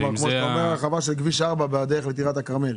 כמו ההרחבה של כביש 4 בדרך לטירת הכרמל?